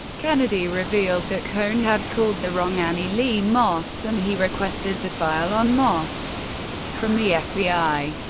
kennedy revealed that cohn had called the wrong annie lee moss and he requested the file on moss from the fbi.